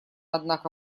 однако